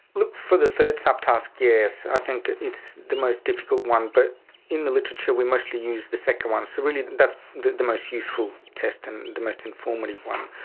look, for the third sub task, yes, i think it's the most difficult one. but in the literature we mostly use the second one, so that's the the most useful test and the most informative one.